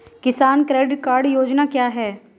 किसान credit card योजना क्या है?